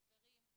חברים,